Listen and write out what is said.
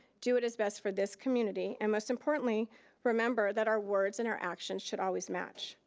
do what is best for this community, and most importantly remember, that our words and our actions should always match.